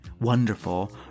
wonderful